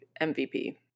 MVP